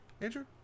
Andrew